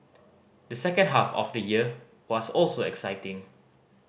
the second half of the year was also exciting